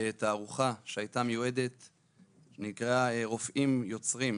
בתערוכה שנקראה רופאים יוצרים.